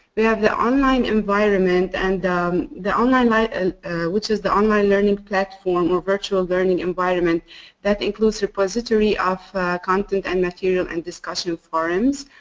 we have the online environment and the online like ah which is the online learning platform or virtual learning environment that includes repository of content and material and discussion forums.